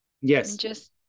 Yes